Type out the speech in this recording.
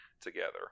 together